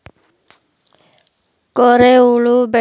ಕೋರೆ ಹುಳು ಬೆಳೆಗೆ ಹತ್ತಿದಾಗ ಅದನ್ನು ನಿಯಂತ್ರಿಸುವುದು ಹೇಗೆ?